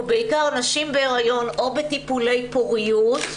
בעיקר נשים בהיריון או בטיפולי פוריות,